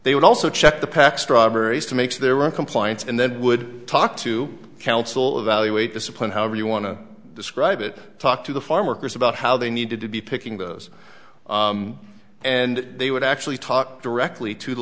they would also check the pack strawberries to make their own compliance and then would talk to counsel evaluate discipline however you want to describe it talk to the farm workers about how they need to be picking those and they would actually talk directly to the